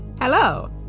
Hello